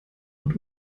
und